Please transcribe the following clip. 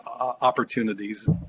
opportunities